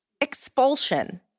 Expulsion